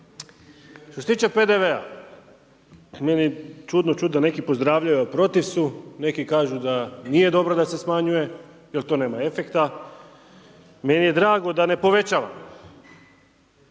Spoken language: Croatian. Što se tiče PDV-a, meni čudno da neki pozdravljaju, a protiv su, neki kažu da nije dobro da se smanjuje, jer to nema efekta, meni je drago da ne povećavamo.